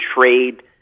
trade